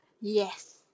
Yes